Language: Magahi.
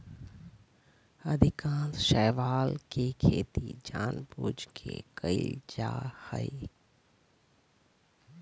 अधिकांश शैवाल के खेती जानबूझ के कइल जा हइ